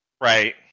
Right